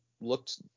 looked